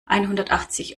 einhundertachtzig